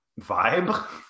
vibe